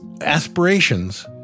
aspirations